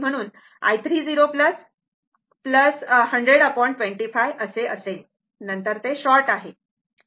म्हणून i3 100 25 असेल नंतर ते शॉर्ट आहे